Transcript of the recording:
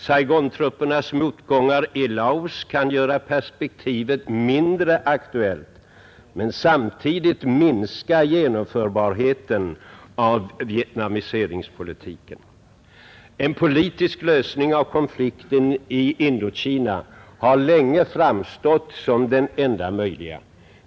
Saigontruppernas motgångar i Laos kan göra perspektivet mindre aktuellt men samtidigt minska genomförbarheten av vietnamiseringspolitiken. En politisk lösning av konflikten i Indokina har länge framstått som den enda möjliga.